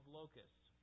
locusts